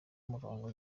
umurongo